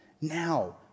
Now